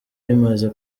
rimaze